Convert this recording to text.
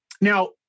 Now